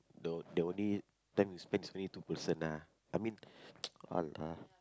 the the only time you spent is only two person ah I mean lah